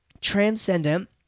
transcendent